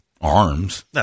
arms